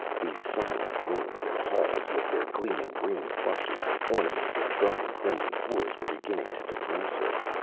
these silent rooms and halls with their gleaming green clusters of ornaments and burning crimson floors were beginning to depress her.